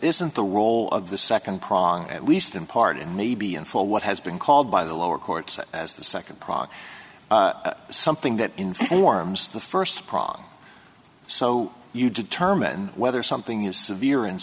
isn't the role of the second prong at least in part and maybe in for what has been called by the lower courts as the second prong something that informs the first prong so you determine whether something is severe and